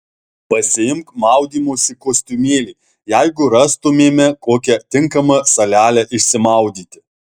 pasiimk maudymosi kostiumėlį jeigu rastumėme kokią tinkamą salelę išsimaudyti